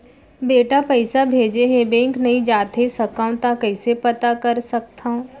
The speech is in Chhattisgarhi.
बेटा पइसा भेजे हे, बैंक नई जाथे सकंव त कइसे पता कर सकथव?